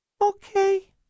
Okay